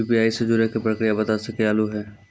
UPI से जुड़े के प्रक्रिया बता सके आलू है?